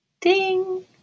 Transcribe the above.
Ding